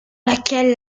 laquelle